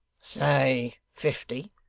say fifty.